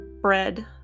bread